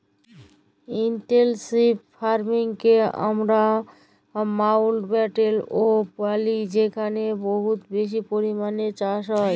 intensive farming কে আমরা মাউল্টব্যাটেল ও ব্যলি যেখালে বহুত বেশি পরিমালে চাষ হ্যয়